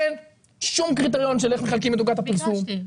אין שום קריטריון איך מחלקים את עוגת הפרסום -- לא ביקשתם.